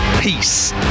Peace